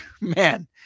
man